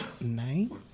nine